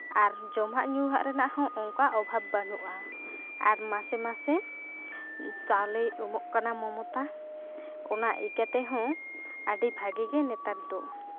ᱟᱨ ᱡᱚᱢᱟᱜ ᱧᱩᱣᱟᱜ ᱨᱮᱱᱟᱜ ᱦᱚᱸ ᱚᱱᱠᱟ ᱚᱵᱷᱟᱵ ᱵᱟᱹᱱᱩᱜᱼᱟ ᱟᱨ ᱢᱟᱥᱮ ᱢᱟᱥᱮ ᱪᱟᱣᱞᱮᱭ ᱮᱢᱚᱜ ᱠᱟᱱᱟ ᱢᱚᱢᱚᱛᱟ ᱚᱱᱟ ᱟᱹᱭᱠᱟᱹᱣ ᱛᱮᱦᱚᱸ ᱟᱹᱰᱤ ᱵᱷᱟᱹᱜᱤ ᱜᱮ ᱱᱮᱛᱟᱨ ᱫᱚ